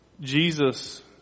Jesus